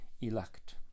elect